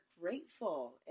grateful